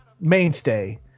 mainstay